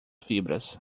fibras